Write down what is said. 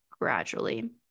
gradually